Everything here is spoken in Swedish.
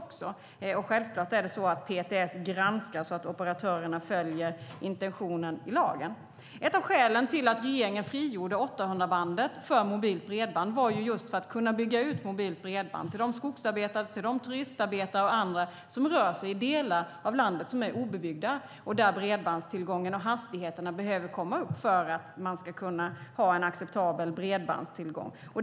Det är också självklart att PTS granskar operatörerna så att de följer intentionen i lagen. Ett av skälen till att regeringen frigjorde 800-bandet för mobilt bredband var just för att kunna bygga upp mobilt bredband till de skogsarbetare, turistarbetare och andra som rör sig i de delar av landet som är obebyggda och där bredbandstillgången och hastigheterna behöver komma upp för att det hela ska vara acceptabelt.